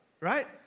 right